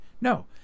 no